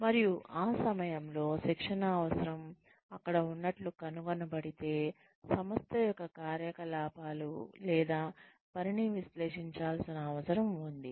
మరియు ఆ సమయంలో శిక్షణ అవసరం అక్కడ ఉన్నట్లు కనుగొనబడితే సంస్థ యొక్క కార్యకలాపాలు లేదా పనిని విశ్లేషించాల్సిన అవసరం ఉంది